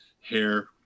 hair